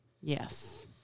Yes